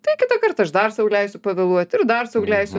tai kitą kartą aš dar sau leisiu pavėluoti ir dar sau leisiu